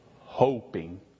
Hoping